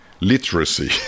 literacy